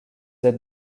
êtes